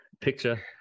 picture